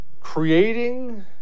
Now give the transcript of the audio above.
Creating